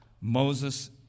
Moses